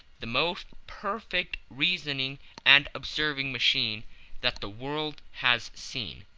the most perfect reasoning and observing machine that the world has seen,